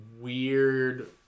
weird